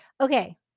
Okay